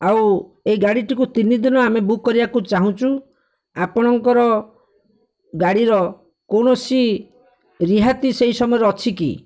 ଆଉ ଏହି ଗାଡ଼ିଟିକୁ ତିନିଦିନ ଆମେ ବୁକ୍ କରିବାକୁ ଚାହୁଁଛୁ ଆପଣଙ୍କର ଗାଡ଼ିର କୌଣସି ରିହାତି ସେହି ସମୟରେ ଅଛି କି